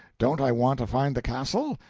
don't i want to find the castle?